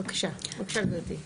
בבקשה גבירתי.